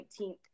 19th